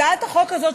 הצעת החוק הזאת,